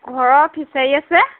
ঘৰৰ ফিচাৰি আছে